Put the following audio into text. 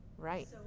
Right